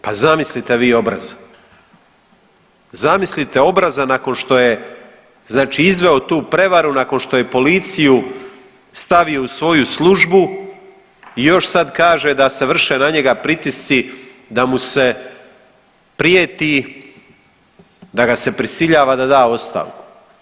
Pa zamislite vi obraza, zamislite obraza nakon što je izveo tu prijevaru nakon što je policiju stavio u svoju službu i još sad kaže da se vrše na njega pritisci da mu se prijeti da ga se prisiljava da da ostavku.